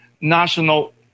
national